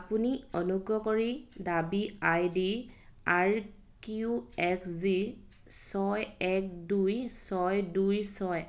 আপুনি অনুগ্ৰহ কৰি দাবী ID R Q X G ছয় এক দুই ছয় দুই ছয়